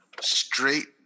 straight